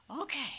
okay